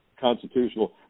Constitutional